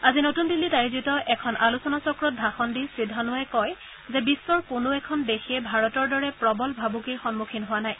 আজি নতুন দিল্লীত আয়োজিত এখন আলোচনাচক্ৰত ভাষণ দি শ্ৰী ধনোৱাই কয় যে বিশ্বৰ কোনো এখন দেশে ভাৰতৰ দৰে প্ৰবল ভাবুকিৰ সন্মুখীন হোৱা নাই